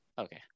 Okay